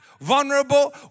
vulnerable